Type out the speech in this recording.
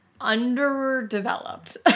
underdeveloped